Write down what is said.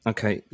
Okay